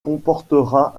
comportera